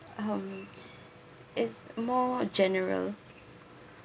um it's more general